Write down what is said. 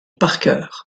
parker